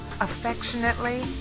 affectionately